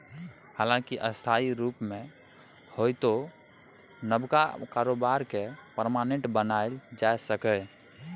हालांकि अस्थायी रुप मे होइतो नबका कारोबार केँ परमानेंट बनाएल जा सकैए